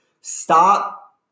stop